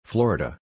Florida